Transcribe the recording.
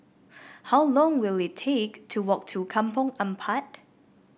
how long will it take to walk to Kampong Ampat